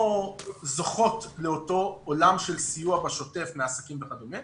זוכות לאותו עולם של סיוע בשוטף מעסקים וכדומה.